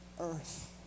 earth